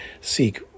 seek